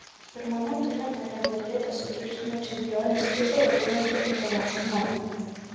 pirmame ture marijampolietės sutriuškino čempionės titulą ginančią utenos komandą